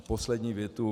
Poslední větu.